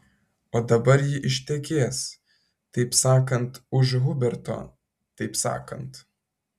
o dabar ji ištekės taip sakant už huberto taip sakant